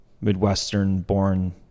Midwestern-born